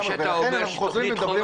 לכן אנחנו מדברים על החסמים.